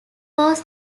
was